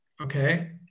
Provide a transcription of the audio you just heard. Okay